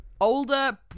older